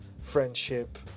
friendship